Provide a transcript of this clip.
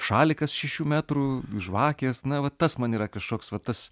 šalikas šešių metrų žvakės na va tas man yra kažkoks va tas